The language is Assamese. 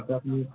তাতে আপুনি